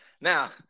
Now